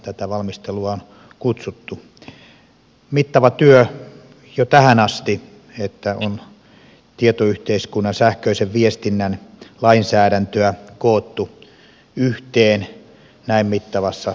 on mittava työ jo tähän asti että tietoyhteiskunnan sähköisen viestinnän lainsäädäntöä on koottu yhteen näin mittavassa kokonaisuudessa